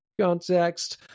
context